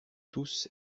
tous